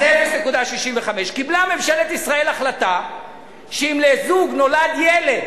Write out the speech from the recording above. אז 0.65. קיבלה ממשלת ישראל החלטה שאם לזוג נולד ילד